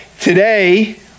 Today